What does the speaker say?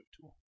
tool